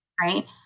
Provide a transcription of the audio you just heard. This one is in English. right